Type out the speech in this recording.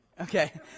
Okay